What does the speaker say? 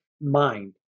mind